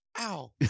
Ow